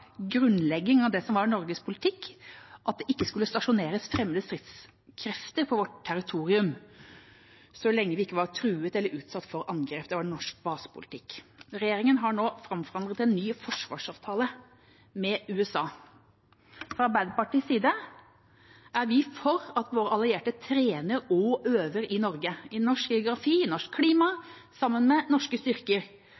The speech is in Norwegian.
stasjoneres fremmede stridskrefter på vårt territorium, så lenge vi ikke var truet eller utsatt for angrep. Det var norsk basepolitikk. Regjeringa har nå framforhandlet en ny forsvarsavtale med USA. Fra Arbeiderpartiets side er vi for at våre allierte trener og øver i Norge, i norsk geografi, i norsk klima,